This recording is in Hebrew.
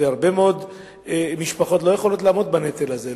והרבה מאוד משפחות לא יכולות לעמוד בנטל הזה,